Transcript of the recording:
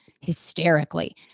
hysterically